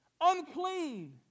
unclean